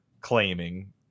claiming